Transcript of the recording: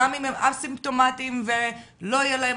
גם אם הם א-סימפטומטיים ולא יהיה להם